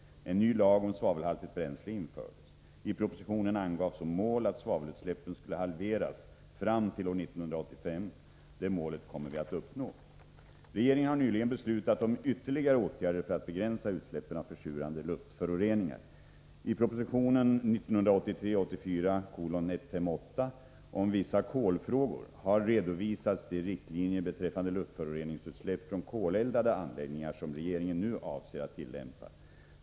En ny lag om svavelhaltigt bränsle infördes. I propositionen angavs som mål att svavelutsläppen skulle halveras fram till år 1985. Det målet kommer vi att uppnå. Regeringen har nyligen beslutat om ytterligare åtgärder för att begränsa utsläppen av försurande luftföroreningar. I proposition 1983/84:158 om vissa kolfrågor har redovisats de riktlinjer beträffande luftföroreningsutsläpp från koleldade anläggningar som regeringen nu avser att tillämpa.